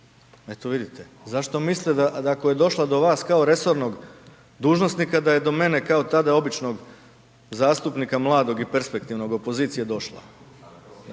Eto vidite. Zašto mislite da ako je došla do vas kao resornog dužnosnika, da je do mene kao tada običnog zastupnika, mladog i perspektivnog opozicije, došlo?